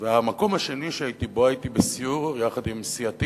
והמקום השני שהייתי בו, הייתי בסיור יחד עם סיעתי